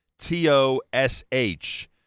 T-O-S-H